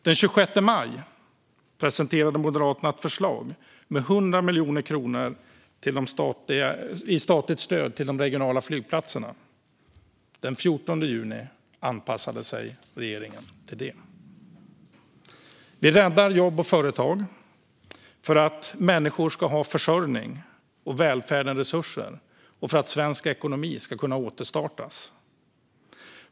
Den 26 maj presenterade Moderaterna ett förslag om 100 miljoner kronor i statligt stöd till de regionala flygplatserna. Den 14 juni anpassade sig regeringen till det. Vi räddar jobb och företag för att människor ska ha försörjning och välfärden resurser samt för att svensk ekonomi ska kunna återstartas.